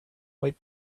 white